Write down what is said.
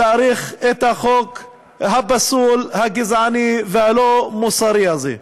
תאריך את החוק הפסול, הגזעני והלא-מוסרי הזה.